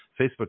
facebook